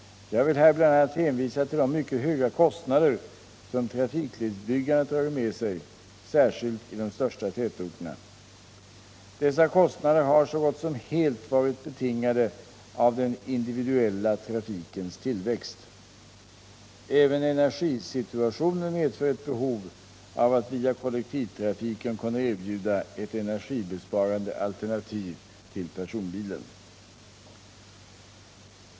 Jag vill här bl.a. hänvisa till de mycket höga kostnader som trafikledsbyggandet dragit med sig särskilt i de största tätorterna. Dessa kostnader har så gott som helt varit betingade av den individuella trafikens tillväxt. Även energisituationen medför ett behov av att via kollektivtrafiken kunna erbjuda ett energibesparande alternativ till personbilen.